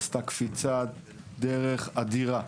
עשתה קפיצת דרך אדירה.